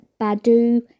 Badu